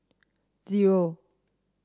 zero